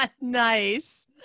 Nice